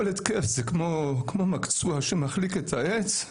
כל התקף זה כמו מקצוע שמחליק את העץ,